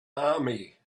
army